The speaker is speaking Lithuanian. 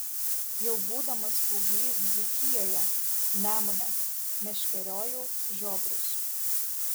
jau būdamas paauglys dzūkijoje nemune meškeriojau žiobrius